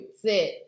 sit